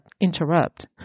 interrupt